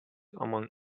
among